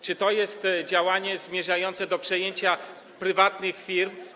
Czy to jest działanie zmierzające do przejęcia prywatnych firm?